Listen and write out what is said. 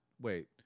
wait